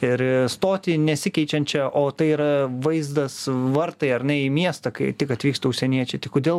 ir stotį nesikeičiančią o tai yra vaizdas vartai ar ne į miestą kai tik atvyksta užsieniečiai tai kodėl